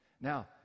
Now